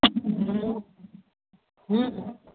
किछु हमरो सुनैके हय